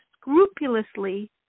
scrupulously